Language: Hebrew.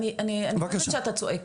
אני חושבת שאתה צועק,